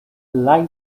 light